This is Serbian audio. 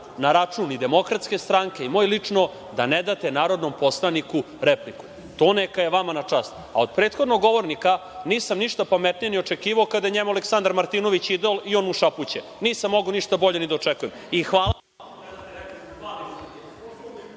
na račun i DS i moj lično, da ne date narodnom poslaniku repliku. To neka je vama na čast. Od prethodnog govornika nisam ništa pametnije ni očekivao kada je njemu Aleksandar Martinović idol i on mu šapuće. Nisam mogao ništa bolje ni da očekujem. Hvala